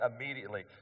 immediately